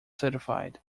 certified